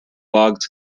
logs